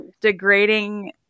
degrading